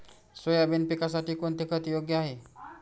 Soybean पिकासाठी कोणते खत योग्य आहे?